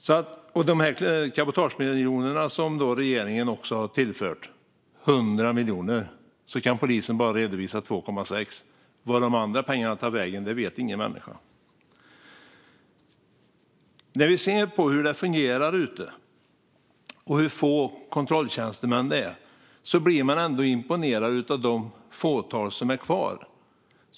Av de 100 cabotagemiljonerna som regeringen har tillfört kan polisen redovisa 2,6. Vart de andra pengarna har tagit vägen vet ingen människa. När vi ser hur det fungerar och hur få kontrolltjänstemän som finns blir man ändå imponerad av det fåtal som finns kvar.